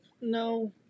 No